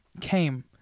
came